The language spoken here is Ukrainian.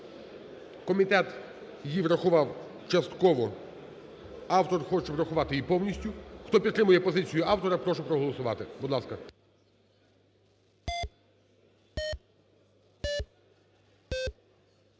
Комітет її врахував частково. Автор хоче врахувати її повністю. Хто підтримує позицію автора, прошу проголосувати,